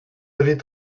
avez